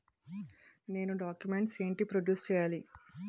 నేను డాక్యుమెంట్స్ ఏంటి ప్రొడ్యూస్ చెయ్యాలి?